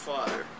Father